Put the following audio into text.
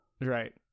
right